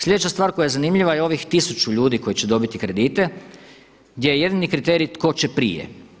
Sljedeća stvar koja je zanimljiva je ovih tisuću ljudi koji će dobiti kredite gdje je jedini kriterij tko će prije.